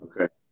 Okay